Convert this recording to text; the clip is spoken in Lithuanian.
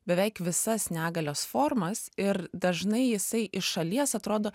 beveik visas negalios formas ir dažnai jisai iš šalies atrodo